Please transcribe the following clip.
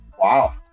Wow